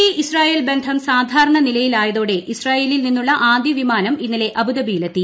E Israel ബന്ധം സാധാരണ നിലയിലായതോടെ ഇസ്രായേലിൽ നിന്നുള്ള ആദ്യവിമാനം ഇന്നലെ അബുദാബിയിലെത്തി